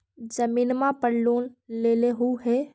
जमीनवा पर लोन लेलहु हे?